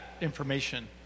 information